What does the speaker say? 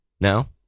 No